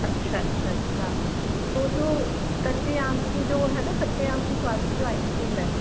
अच्छा अच्छा अच्छा तो जो कच्चे आम की जो है न कच्चे आम के स्वाद की जो आइसक्रीम है